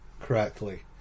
correctly